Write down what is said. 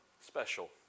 special